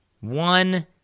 one